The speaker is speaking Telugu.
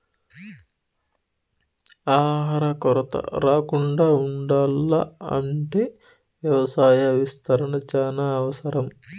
ఆహార కొరత రాకుండా ఉండాల్ల అంటే వ్యవసాయ విస్తరణ చానా అవసరం